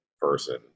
person